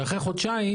ואחרי חודשיים